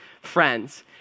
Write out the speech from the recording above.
friends